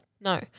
No